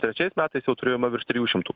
trečiais metais jau turėjome virš trijų šimtų